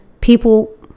people